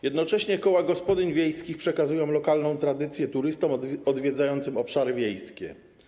Jednocześnie koła gospodyń wiejskich przekazują lokalną tradycję turystom odwiedzającym obszary wiejskie.